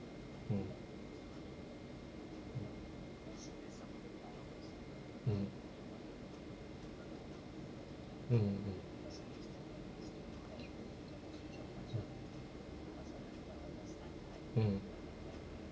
mm mm mm mm mm mm